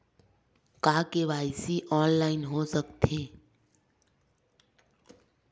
का KYC online हो सकथे?